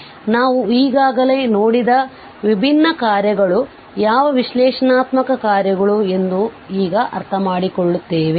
ಆದ್ದರಿಂದ ನಾವು ಈಗಾಗಲೇ ನೋಡಿದ ವಿಭಿನ್ನ ಕಾರ್ಯಗಳು ಯಾವ ವಿಶ್ಲೇಷಣಾತ್ಮಕ ಕಾರ್ಯಗಳು ಎಂದು ನಾವು ಈಗ ಅರ್ಥಮಾಡಿಕೊಳ್ಳುತ್ತೇವೆ